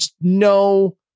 no